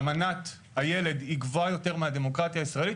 אמנת הילד היא גבוהה יותר מהדמוקרטיה הישראלית,